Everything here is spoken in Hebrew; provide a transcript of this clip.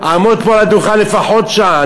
אעמוד פה על הדוכן לפחות שעה.